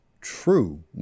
true